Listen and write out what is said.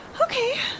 Okay